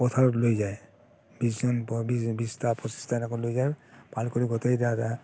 পথাৰত লৈ যায় বিছজন বিছটা পঁচিছটা কৰি লৈ যায় পাল কৰি গোটেইকেইটা যায়